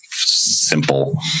Simple